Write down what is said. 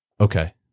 Okay